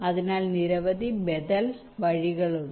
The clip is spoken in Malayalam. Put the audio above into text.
അതിനാൽ നിരവധി ബദൽ വഴികളുണ്ട്